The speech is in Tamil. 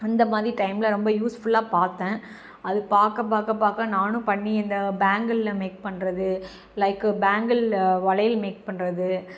அந்தமாதிரி டைம்ல ரொம்ப யூஸ்ஃபுல்லாக பார்த்தேன் அது பார்க்க பார்க்க பார்க்க நானும் பண்ணி இந்த பேங்கிள்ல மேக் பண்ணுறது லைக்கு பேங்கிள்ல வளையல் மேக் பண்ணுறது